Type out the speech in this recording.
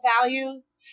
values